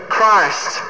Christ